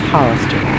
Hollister